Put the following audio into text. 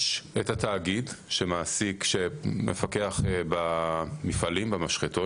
יש את התאגיד שמפקח במפעלים במשחטות,